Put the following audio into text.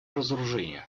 разоружения